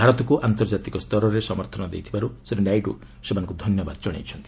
ଭାରତକୁ ଆନ୍ତର୍ଜାତିକ ସ୍ତରରେ ସମର୍ଥନ ଦେଇଥିବାରୁ ଶ୍ରୀ ନାଇଡୁ ସେମାନଙ୍କୁ ଧନ୍ୟବାଦ ଜଣାଇଛନ୍ତି